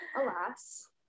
alas